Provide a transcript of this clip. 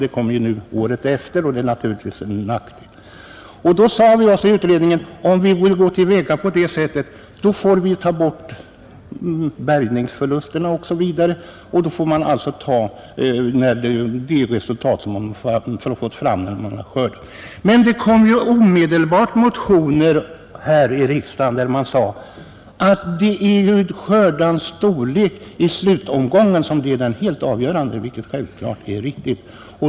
Pengarna kommer nu året efter, och det är naturligtvis en nackdel. Vi sade oss i utredningen att om vi skall gå till väga på något annat sätt får vi också ta bort bärgningsförlusterna osv. och bygga på det resultat som man fått fram när man skördat. Men det väcktes ju omedelbart motioner här i riksdagen där man förklarade att det är skördens storlek i slutomgången som är det helt avgörande, vilket självfallet är viktigt.